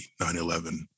9-11